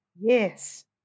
yes